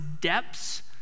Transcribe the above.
depths